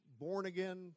born-again